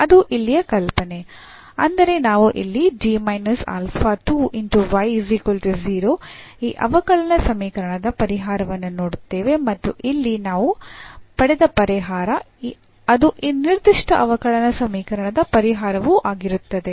ಅದು ಇಲ್ಲಿಯ ಕಲ್ಪನೆ ಅಂದರೆ ನಾವು ಇಲ್ಲಿ ಈ ಅವಕಲನ ಸಮೀಕರಣದ ಪರಿಹಾರವನ್ನು ನೋಡುತ್ತೇವೆ ಮತ್ತು ಇಲ್ಲಿ ನಾವು ಪಡೆದ ಪರಿಹಾರ ಅದು ಈ ನಿರ್ದಿಷ್ಟ ಅವಕಲನ ಸಮೀಕರಣದ ಪರಿಹಾರವೂ ಆಗಿರುತ್ತದೆ